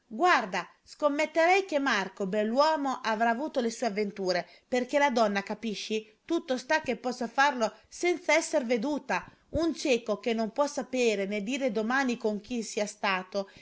guarda scommetterei che marco bell'uomo avrà avuto le sue avventure perché la donna capisci tutto sta che possa farlo senza esser veduta un cieco che non può sapere né dire domani con chi sia stato